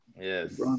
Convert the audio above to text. Yes